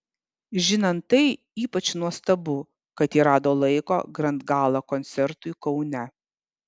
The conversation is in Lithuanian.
žinant tai ypač nuostabu kad ji rado laiko grand gala koncertui kaune